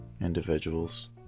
individuals